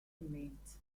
remains